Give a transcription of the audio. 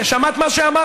הינה, שמעת מה שאמרתי?